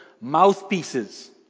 mouthpieces